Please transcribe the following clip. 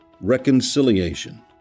reconciliation